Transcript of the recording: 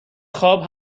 خواب